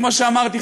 כמו שאמרתי,